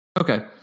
Okay